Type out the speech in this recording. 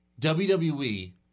WWE